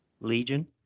Legion